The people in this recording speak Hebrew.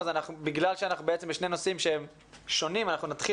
אז בגלל שאנחנו בשני נושאים שונים נתחיל